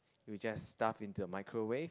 you just stuff into a microwave